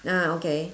ah okay